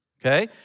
okay